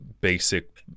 basic